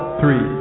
three